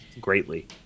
greatly